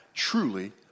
truly